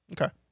okay